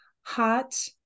hot